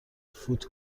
فوت